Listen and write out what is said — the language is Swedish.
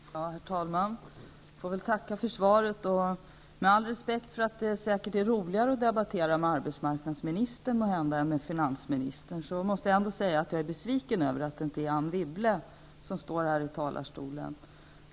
Herr talman! Jag får väl tacka för svaret. Med all respekt för att det säkert är roligare att debattera med arbetsmarknadsministern än med finansministern, måste jag ändå säga att jag är besviken över att det inte är Anne Wibble som står här i talarstolen.